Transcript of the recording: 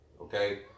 Okay